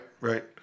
right